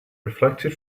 reflected